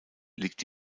liegt